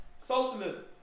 socialism